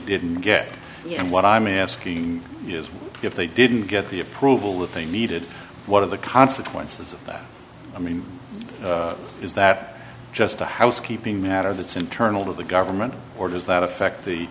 didn't get and what i'm asking is if they didn't get the approval with they needed one of the consequences of that i mean is that just a housekeeping matter that's internal of the government or does that affect the